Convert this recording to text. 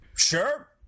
Sure